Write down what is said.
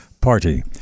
Party